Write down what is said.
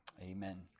amen